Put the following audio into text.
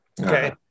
okay